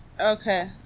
Okay